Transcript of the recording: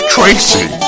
Tracy